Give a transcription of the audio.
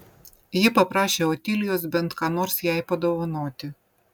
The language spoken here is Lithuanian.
ji paprašė otilijos bent ką nors jai padovanoti